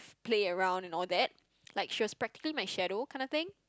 play around and all that like she was practically my shadow kind of thing